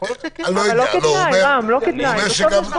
אולי כן.